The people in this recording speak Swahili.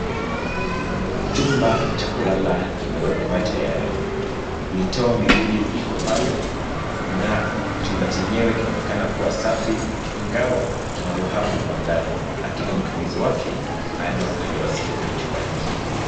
Chumba cha kulala kimewekwa tayari. Mitoo miwili iko pale, na chumba cheyewe kinaonekana kua safi, ingawa kina uhaba wa mwangaza, lakini mtumizi wake bado hajawasili kwenye chumba hiki.